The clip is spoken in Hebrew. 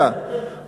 הזהירו גם הזהירו.